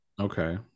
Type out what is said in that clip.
Okay